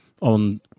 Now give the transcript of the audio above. on